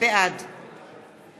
בעד